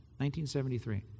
1973